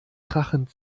krachend